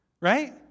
Right